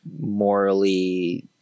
morally